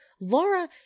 Laura